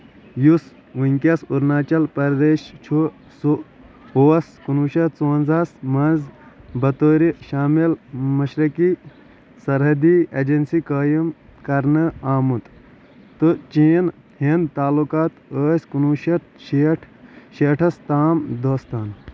یُس وٕنٛکٮ۪س اروناچل پردیش چھُ سہُ اوس کُنوُہ شٮ۪تھ ژُوَنٛزاہ ہس منٛز بطور شامِل مشرقی سرحٔدی ایجنسی قٲیم کرنہٕ آمُت تہٕ چین ہِند تعلُقات ٲسۍ کُنوُہ شٮ۪تھ شیٹھ شیٹھس تام دوستانہٕ